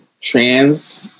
trans